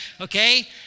okay